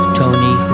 tony